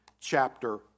chapter